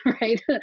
right